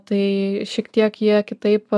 tai šiek tiek jie kitaip